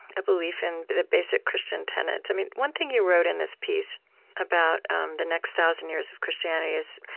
a belief in the basic christian tenets. one thing you wrote in this piece about um the next thousand years of christianity is,